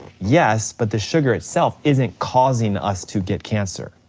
yes, but the sugar itself isn't causing us to get cancer.